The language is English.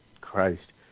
Christ